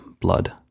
blood